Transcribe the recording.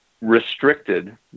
restricted